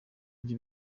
ibyo